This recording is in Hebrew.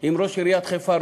עם ראש עיריית חיפה,